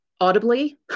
audibly